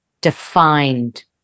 defined